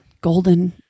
Golden